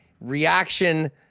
reaction